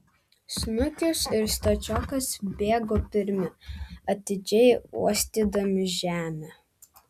snukius ir stačiokas bėgo pirmi atidžiai uostydami žemę